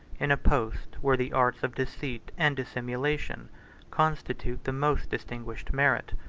in a post where the arts of deceit and dissimulation constitute the most distinguished merit.